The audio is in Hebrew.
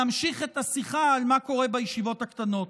נמשיך את השיחה על מה שקורה בישיבות הקטנות.